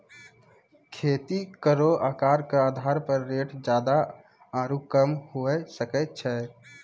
खेती केरो आकर क आधार पर रेट जादा आरु कम हुऐ सकै छै